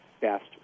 best